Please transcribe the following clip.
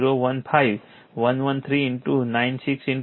015 113